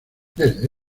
desde